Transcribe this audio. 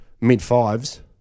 mid-fives